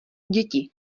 děti